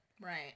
Right